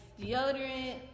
deodorant